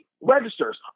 registers